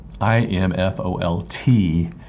IMFOLT